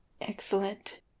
Excellent